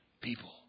people